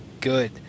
good